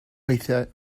weithiau